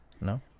no